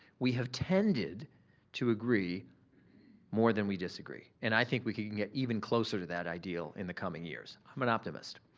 we have tended to agree more than we disagree and i think we can can get even closer to that ideal in the coming years. i'm an optimist.